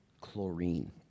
chlorine